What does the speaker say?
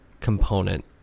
component